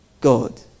God